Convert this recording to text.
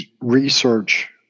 research